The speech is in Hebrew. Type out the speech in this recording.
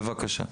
בבקשה.